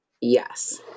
yes